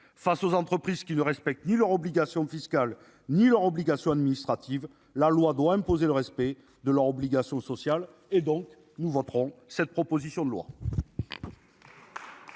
face aux entreprises qui ne respectent ni leurs obligations fiscales. Ni leur obligation administrative, la loi doit imposer le respect de leur obligations sociales et donc nous voterons cette proposition de loi.